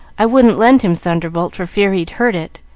i wouldn't lend him thunderbolt for fear he'd hurt it.